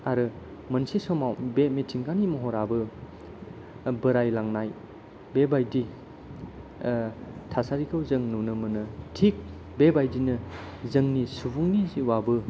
आरो मोनसे समाव बे मिथिंगानि महराबो बोरायलांनाय बेबायदि थासारिखौ जों नुनो मोनो थिग बेबायदिनो जोंनि सुबुंनि जिउआबो